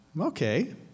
okay